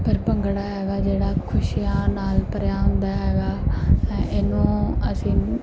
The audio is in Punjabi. ਪਰ ਭੰਗੜਾ ਹੈਗਾ ਜਿਹੜਾ ਖੁਸ਼ੀਆਂ ਨਾਲ ਭਰਿਆ ਹੁੰਦਾ ਹੈਗਾ ਹੈ ਇਹਨੂੰ ਅਸੀਂ